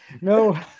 No